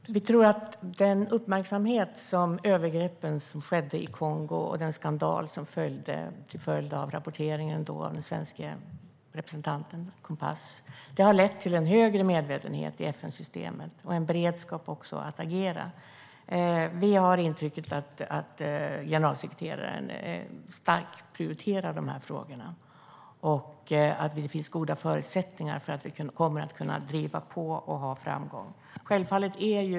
Fru talman! Vi tror att den uppmärksamhet som övergreppen i Kongo fick och den skandal som blev följden av den svenske representanten Anders Kompass rapportering har lett till en högre medvetenhet i FN-systemet och till en beredskap att agera. Vi har intrycket att generalsekreteraren prioriterar dessa frågor starkt och att det finns goda förutsättningar för oss att driva på och ha framgång.